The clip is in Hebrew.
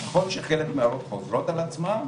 נכון שחלק מהן חוזרות על עצמן,